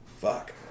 Fuck